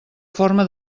forma